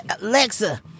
Alexa